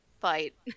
fight